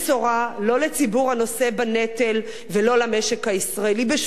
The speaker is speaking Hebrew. לא לציבור הנושא בנטל ולא למשק הישראלי בשום תחום,